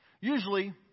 usually